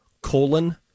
colon